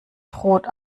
droht